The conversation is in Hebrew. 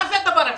מה זה הדבר הזה?